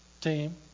team